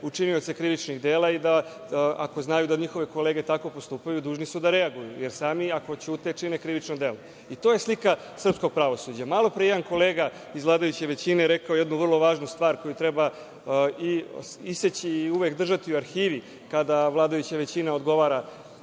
učinioce krivičnih dela i da, ako znaju da njihove kolege tako postupaju, dužni su da reaguju, jer ako ćute čine krivično delo. To je slika srpskog pravosuđa. Malopre je jedan kolega iz vladajuće većine rekao jednu vrlo važnu stvar, koju treba iseći i uvek držati u arhivi, kada vladajuća većinina odgovara